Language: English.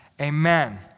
Amen